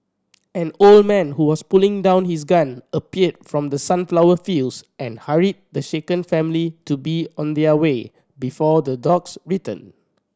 an old man who was putting down his gun appeared from the sunflower fields and hurried the shaken family to be on their way before the dogs return